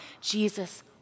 Jesus